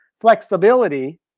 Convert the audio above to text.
flexibility